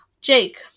Jake